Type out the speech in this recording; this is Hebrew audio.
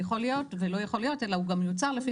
ויכול להיות זה לא יכול להיות אלא שהוא גם מיוצר לפי